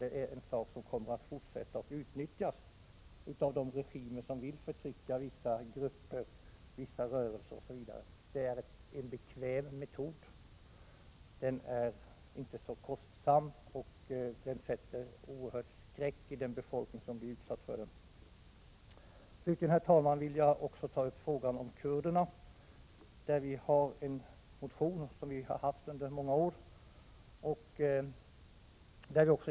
Förfarandet med dessa försvinnanden kommer att fortsätta att utnyttjas av de regimer som vill förtrycka vissa grupper och rörelser. Metoden är bekväm och inte så kostsam, och den sätter en oerhörd skräck i befolkningen som har blivit utsatt för den. Slutligen, herr talman, vill jag ta upp frågan om kurderna. Vi har lagt fram och rätten till självbestämmande en motion som vi har haft i många år.